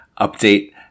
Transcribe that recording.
update